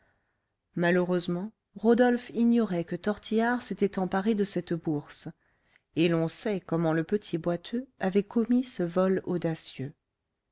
malheureusement rodolphe ignorait que tortillard s'était emparé de cette bourse et l'on sait comment le petit boiteux avait commis ce vol audacieux